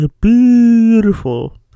beautiful